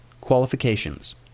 Qualifications